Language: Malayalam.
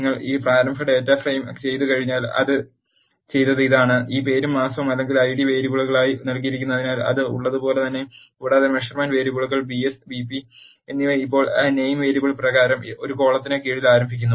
നിങ്ങൾ ഈ പ്രാരംഭ ഡാറ്റ ഫ്രെയിം ചെയ്തുകഴിഞ്ഞാൽ അത് ചെയ്തത് ഇതാണ് ഈ പേരും മാസവും അല്ലെങ്കിൽ ഐഡി വേരിയബിളുകളായി നൽകിയിരിക്കുന്നതിനാൽ അത് ഉള്ളതുപോലെ തന്നെ കൂടാതെ മെഷർമെന്റ് വേരിയബിളുകൾ BS BP എന്നിവ ഇപ്പോൾ നെയിം വേരിയബിൾ പ്രകാരം ഒരു കോളത്തിന് കീഴിൽ ആരംഭിക്കുന്നു